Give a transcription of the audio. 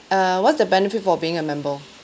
err what's the benefit for being a member